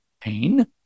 pain